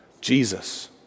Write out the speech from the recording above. Jesus